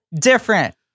different